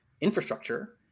infrastructure